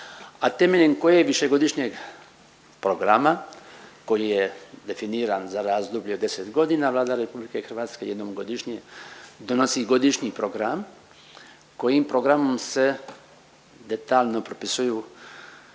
a temeljem koje višegodišnjeg programa koji je definiran za razdoblje od 10 godina, Vlada RH jednom godišnje donosi godišnji program kojim programom se detaljno propisuju